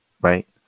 right